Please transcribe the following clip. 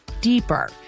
deeper